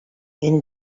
این